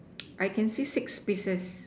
I can see six pieces